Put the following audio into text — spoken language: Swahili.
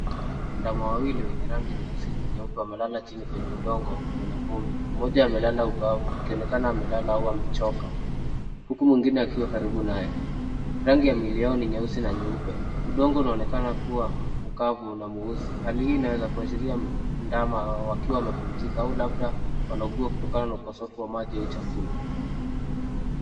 Ndama wawili wenye rangi nyeusi na nyeupe wamelala chini kwenye udongo wenye vumbi, mmoja amelala ubavu akionekana amelala au amechoka, huku mwingine akiwa karibu naye, rangi ya miili yao ni nyeusi na nyeupe. Udongo unaonekana kuwa mkavu na mweusi hali hii inaweza kuashiria ndama hawa wakiwa wamepumzika au labda wanaugua kutokana na ukosefu wa maji au chakula.